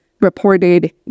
reported